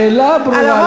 השאלה ברורה.